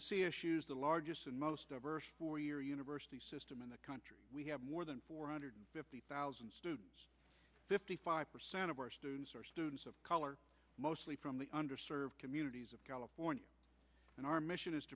the sea issues the largest and most diverse four year university system in the country more than four hundred fifty thousand students fifty five percent of our students are students of color mostly from the under served communities of california and our mission is